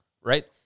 right